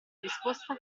risposta